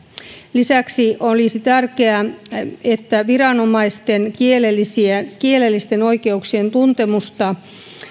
lisäksi olisi tärkeää että viranomaisten kielellisten oikeuksien tuntemusta